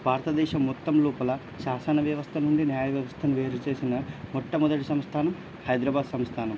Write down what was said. భారతదేశం మొత్తం లోపల శాసన వ్యవస్థ నుండి న్యాయ వ్యవస్థను వేరుచేసిన మొట్టమొదటి సంస్థానం హైదరాబాద్ సంస్థానం